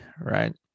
right